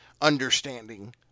understanding